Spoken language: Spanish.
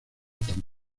tan